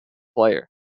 player